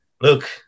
Look